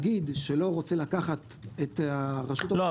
תאגיד שלא רוצה לקחת את הרשות המקומית -- לא,